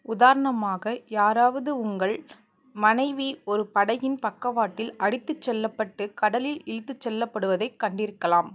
உதாரணமாக யாராவது உங்கள் மனைவி ஒரு படகின் பக்கவாட்டில் அடித்துச் செல்லப்பட்டு கடலில் இலுத்துச் செல்லப்படுவதைக் கண்டிருக்கலாம்